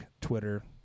twitter